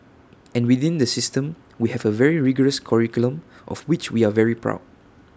and within the system we have A very rigorous curriculum of which we are very proud